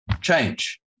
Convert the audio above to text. Change